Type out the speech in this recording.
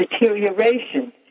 deterioration